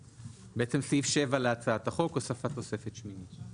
סעיף 7 להצעת החוק, הוספת תוספת שמינית.